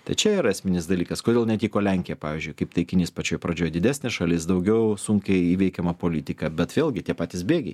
tai čia yra esminis dalykas kodėl netiko lenkija pavyzdžiui kaip taikinys pačioj pradžioj didesnė šalis daugiau sunkiai įveikiama politika bet vėlgi tie patys bėgiai